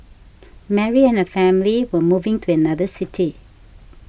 Mary and her family were moving to another city